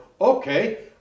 okay